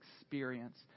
experience